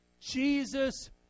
Jesus